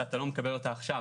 אתה לא מקבל אותה עכשיו.